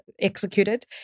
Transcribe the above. executed